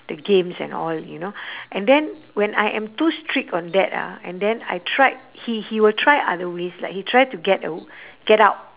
the games and all you know and then when I am too strict on that ah and then I tried he he will try other ways like he try to get aw~ get out